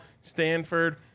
Stanford